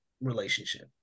relationship